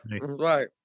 right